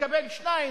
לקבל שניים,